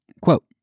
Quote